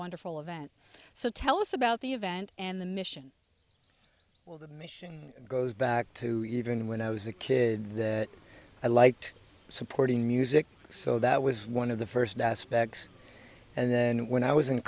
wonderful event so tell us about the event and the mission well the mission goes back to even when i was a kid i liked supporting music so that was one of the first aspects and then when i was in